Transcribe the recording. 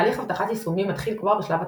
תהליך אבטחת יישומים מתחיל כבר בשלב התכנון,